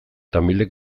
tamilek